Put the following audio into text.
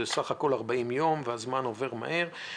זה בסך הכול 40 יום והזמן עובר מהר.